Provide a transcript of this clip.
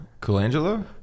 Colangelo